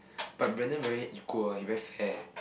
but Brandon very equal ah he very fair